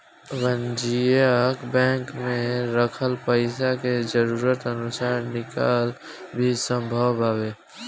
वाणिज्यिक बैंक में रखल पइसा के जरूरत अनुसार निकालल भी संभव बावे